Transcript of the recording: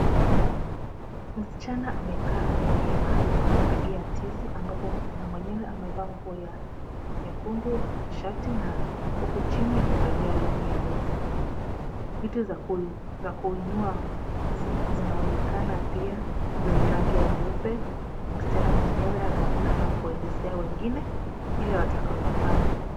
Mschana amekaa kwenye mahali pa kupigia tizi ambapo mschana mwenyewe amevaa nguo ya nyendu shati na huku chini amevalia longi nyeusi. Vitu za kuinua zinaonekana pia zenye rangi ya nyeupe, mschana mwenyewe anaonekana kuelezea wengine kile watakaolofanya.